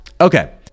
Okay